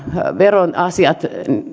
veroasiat